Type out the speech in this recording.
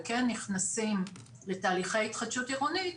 וכן נכנסים לתהליכי התחדשות עירונית,